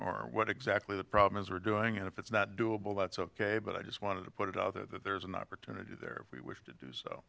are what exactly the problems are doing and if it's not doable that's ok but i just wanted to put it out there that there's an opportunity there we wish to do so